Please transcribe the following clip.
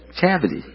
cavity